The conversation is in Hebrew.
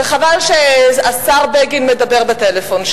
וחבל שהשר בגין מדבר בטלפון,